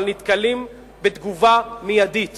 אבל נתקלים בתגובה מיידית